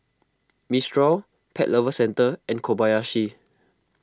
Mistral Pet Lovers Centre and Kobayashi